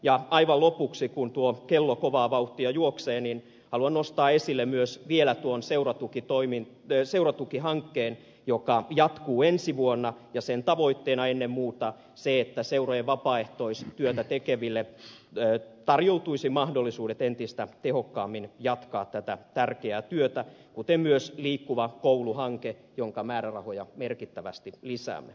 ja aivan lopuksi kun tuo kello kovaa vauhtia juoksee haluan nostaa esille myös vielä tuon seuratukihankkeen joka jatkuu ensi vuonna ja sen tavoitteena on ennen muuta se että seurojen vapaaehtoistyötä tekeville tarjoutuisi mahdollisuudet entistä tehokkaammin jatkaa tätä tärkeää työtä jollainen on myös liikkuva koulu hanke jonka määrärahoja merkittävästi lisäämme